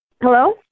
Hello